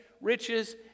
Riches